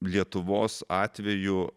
lietuvos atveju